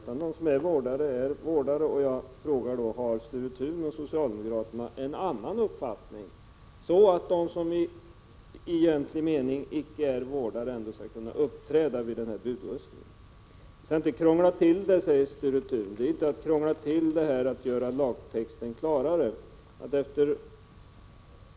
De som är vårdare är vårdare. Jag frågar därför: Har Sture Thun och socialdemokraterna en annan uppfattning, så att de som i egentlig mening icke är vårdare ändå skall kunna uppträda vid budröstning? Vi skall inte krångla till det, säger Sture Thun. Att göra lagtexten klarare är inte att krångla till saken.